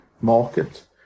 market